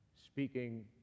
speaking